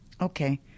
Okay